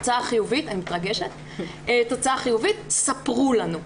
חיובית, ספרו לנו.